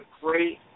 great